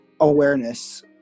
awareness